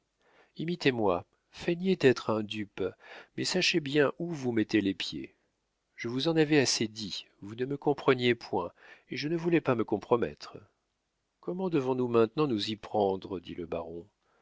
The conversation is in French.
imitez moi feignez d'être une dupe mais sachez bien où vous mettez les pieds je vous en avais assez dit vous ne me compreniez point et je ne voulais pas me compromettre comment devons-nous maintenant nous y prendre dit le baron